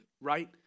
right